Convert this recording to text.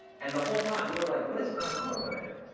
and the whole time, we were like, what is going on over there?